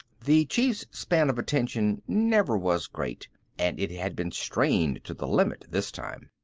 the chief's span of attention never was great and it had been strained to the limit this time.